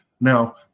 Now